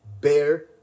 bear